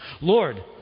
Lord